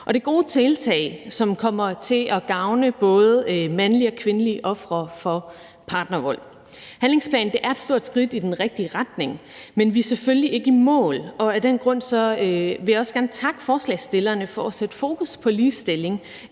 er gode tiltag, som kommer til at gavne både mandlige og kvindelige ofre for partnervold. Handlingsplanen er et stort skridt i den rigtige retning, men vi er selvfølgelig ikke i mål, og af den grund vil jeg også gerne takke forslagsstillerne for at sætte fokus på ligestilling